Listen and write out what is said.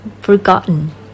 forgotten